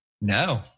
No